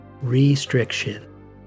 restriction